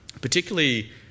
particularly